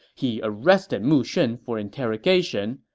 he arrested mu shun for interrogation,